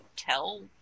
tell